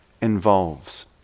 involves